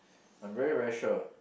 I am very very sure